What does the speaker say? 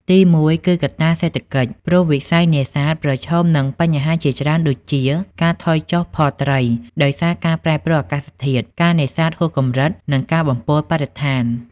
ទីមួយ គឺកត្តាសេដ្ឋកិច្ច ព្រោះវិស័យនេសាទប្រឈមនឹងបញ្ហាជាច្រើនដូចជា ការថយចុះផលត្រីដោយសារការប្រែប្រួលអាកាសធាតុ ការនេសាទហួសកម្រិត និងការបំពុលបរិស្ថាន។